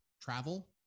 travel